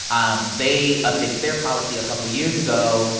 um they updated their policy a couple years ago.